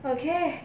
okay